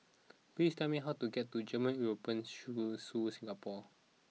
please tell me how to get to German European School Su Singapore